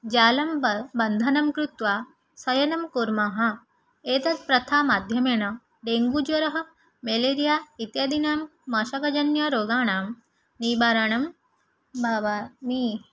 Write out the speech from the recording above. जालं बन्धनं कृत्वा शयनं कुर्मः एतत् प्रथामाध्यमेन डेङ्गु ज्वरः मेलेरिया इत्यादीनां माशकजन्यरोगाणां निवारणं भवामि